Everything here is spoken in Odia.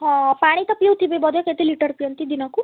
ହଁ ପାଣି ତ ପିଉଥିବେ ବୋଧେ କେତେ ଲିଟର୍ ପିଅନ୍ତି ଦିନକୁ